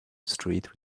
street